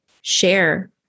share